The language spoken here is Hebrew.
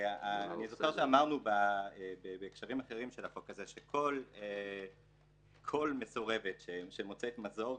אני זוכר שאמרנו בהקשרים אחרים של החוק הזה שכל מסורבת שמוצאת מזור,